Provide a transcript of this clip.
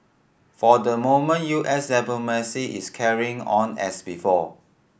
for the moment U S diplomacy is carrying on as before